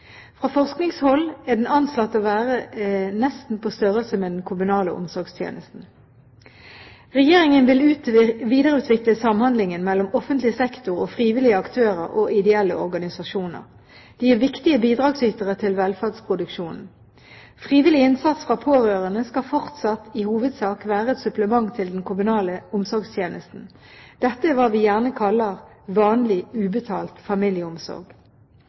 Fra forskningshold er den anslått til å være nesten på størrelse med den kommunale omsorgstjenesten. Regjeringen vil videreutvikle samhandlingen mellom offentlig sektor og frivillige aktører og ideelle organisasjoner. De er viktige bidragsytere til velferdsproduksjonen. Frivillig innsats fra pårørende skal fortsatt i hovedsak være et supplement til den kommunale omsorgstjenesten. Dette er hva vi gjerne kaller vanlig «ubetalt familieomsorg».